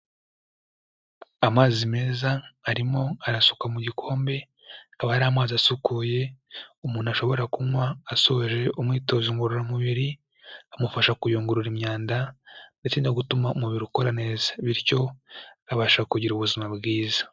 Amazi meza arimo arasukwa mu gikombe, akaba ari amazi asukuye, umuntu ashobora kunywa asoje umwitozo ngororamubiri, amufasha kuyungurura imyanda ndetse no gutuma umubiri ukora neza. Bityo abasha kugira ubuzima bwiza.